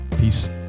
Peace